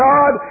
God